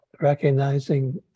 recognizing